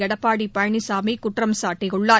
எடப்பாடி பழனிசாமி குற்றம் சாட்டியுள்ளார்